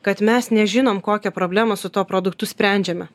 kad mes nežinom kokią problemą su tuo produktu sprendžiame